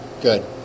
Good